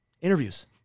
Interviews